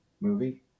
movie